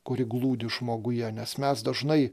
kuri glūdi žmoguje nes mes dažnai